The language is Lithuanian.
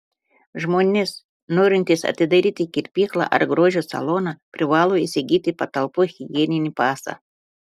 žmonės norintys atidaryti kirpyklą ar grožio saloną privalo įsigyti patalpų higieninį pasą